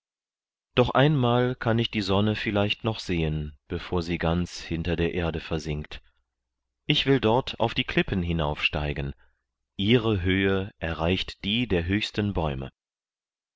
doch ein mal kann ich die sonne vielleicht noch sehen bevor sie ganz hinter der erde versinkt ich will dort auf die klippen hinaufsteigen ihre höhe erreicht die der höchsten bäume